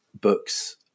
books